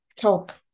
talk